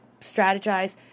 strategize